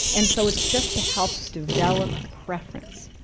and so it's just to help develop a preference.